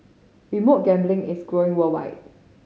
remote gambling is growing worldwide